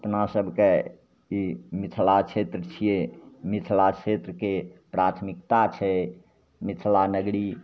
अपना सभकेँ ई मिथिला क्षेत्र छिए मिथिला क्षेत्रके प्राथमिकता छै मिथिला नगरी